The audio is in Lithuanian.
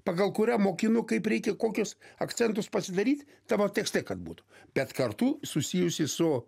pagal kurią mokinu kaip reikia kokius akcentus pasidaryt tavo tekste kad būtų bet kartu susijusį su